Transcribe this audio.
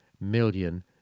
million